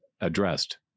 addressed